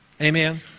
Amen